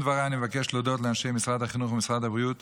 בסיום דבריי אני מבקש להודות לאנשי משרד החינוך ומשרד הבריאות